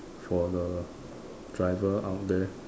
for the driver out there